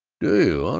do